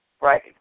right